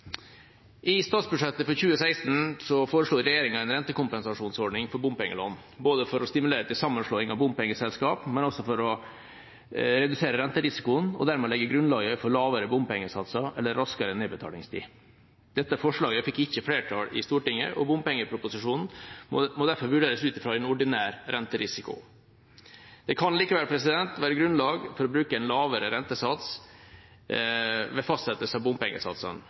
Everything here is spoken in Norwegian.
I statsbudsjettet for 2016 foreslo regjeringa en rentekompensasjonsordning for bompengelån, både for å stimulere til sammenslåing av bompengeselskap og for å redusere renterisikoen og dermed legge grunnlaget for lavere bompengesatser eller raskere nedbetalingstid. Dette forslaget fikk ikke flertall i Stortinget, og bompengeproposisjonen må derfor vurderes ut fra en ordinær renterisiko. Det kan likevel være grunnlag for å bruke en lavere rentesats ved fastsettelse av bompengesatsene.